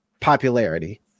popularity